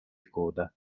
coda